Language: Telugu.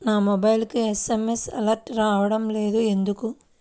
నా మొబైల్కు ఎస్.ఎం.ఎస్ అలర్ట్స్ రావడం లేదు ఎందుకు?